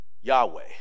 Yahweh